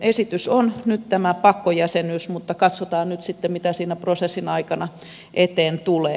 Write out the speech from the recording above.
esitys on nyt tämä pakkojäsenyys mutta katsotaan nyt sitten mitä siinä prosessin aikana eteen tulee